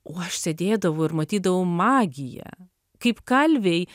o aš sėdėdavau ir matydavau magiją kaip kalviai